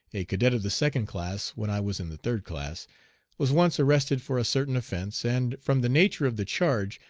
a cadet of the second class when i was in the third class was once arrested for a certain offence, and, from the nature of the charge,